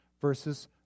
versus